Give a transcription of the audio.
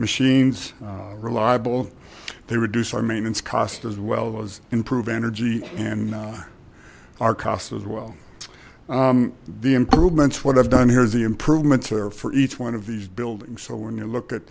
machines reliable they reduce our maintenance cost as well as improve energy and our costs as well the improvements what i've done here is the improvements are for each one of these buildings so when you look at